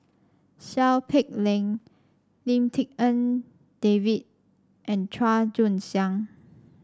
Seow Peck Leng Lim Tik En David and Chua Joon Siang